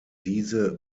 diese